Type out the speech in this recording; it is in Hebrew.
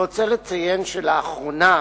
אני רוצה לציין שלאחרונה